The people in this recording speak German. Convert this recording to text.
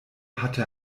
hatte